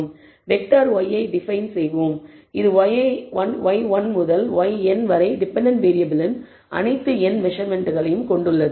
vector y ஐ define செய்வோம் இது y1 முதல் yn வரை டிபெண்டன்ட் வேறியபிளின் அனைத்து n மெசர்மென்ட்களையும் கொண்டுள்ளது